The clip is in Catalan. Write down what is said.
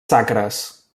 sacres